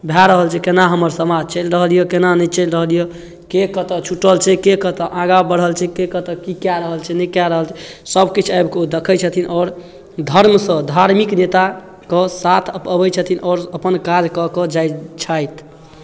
भए रहल छै केना हमर समाज चलि रहल यए केना नहि चलि रहल यए के कतय छूटल छै के कतय आगाँ बढ़ल छै के कतय की कए रहल छै नहि कए रहल छै सभकिछु आबि कऽ ओ देखै छथिन आओर धर्मसँ धार्मिक नेताके साथ अबै छथिन आओर अपन काज कऽ कऽ जाइ छथि